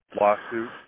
lawsuit